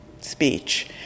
speech